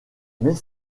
mais